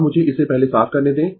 अब मुझे इसे पहले साफ करने दें